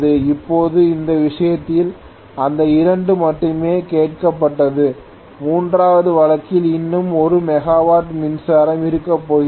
இப்போது இந்த விஷயத்தில் இந்த இரண்டு மட்டுமே கேட்கப்பட்டது மூன்றாவது வழக்கில் இன்னும் 1 மெகாவாட் மின்சாரம் இருக்கப் போகிறது